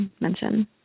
mention